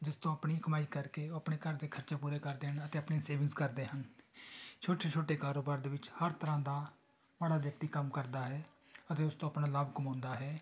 ਜਿਸ ਤੋਂ ਆਪਣੀ ਕਮਾਈ ਕਰਕੇ ਉਹ ਆਪਣੇ ਘਰ ਦੇ ਖ਼ਰਚੇ ਪੂਰੇ ਕਰਦੇ ਹਨ ਅਤੇ ਆਪਣੇ ਸੇਵਿੰਗਸ ਕਰਦੇ ਹਨ ਛੋਟੇ ਛੋਟੇ ਕਾਰੋਬਾਰ ਦੇ ਵਿੱਚ ਹਰ ਤਰ੍ਹਾਂ ਦਾ ਮਾੜਾ ਵਿਅਕਤੀ ਕੰਮ ਕਰਦਾ ਹੈ ਅਤੇ ਉਸ ਤੋਂ ਆਪਣਾ ਲਾਭ ਕਮਾਉਂਦਾ ਹੈ